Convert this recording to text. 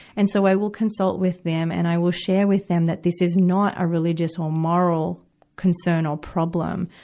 and so, i will consult with them and i will share with them that this is not a religious or moral concern or problem.